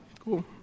cool